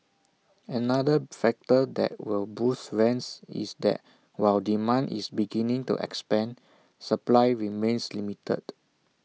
another factor that will boost rents is that while demand is beginning to expand supply remains limited